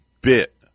bit